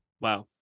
wow